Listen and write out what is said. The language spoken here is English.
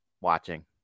watching